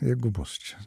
jeigu bus čia